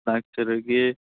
ꯂꯥꯛꯆꯔꯒꯦ